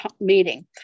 meeting